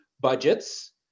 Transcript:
budgets